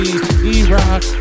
E-Rock